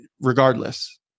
regardless